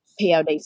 pod